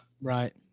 right